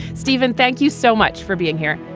stephen, thank you so much for being here.